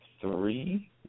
three